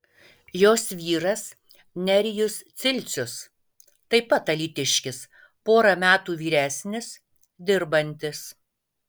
jos vyras nerijus cilcius taip pat alytiškis pora metų vyresnis dirbantis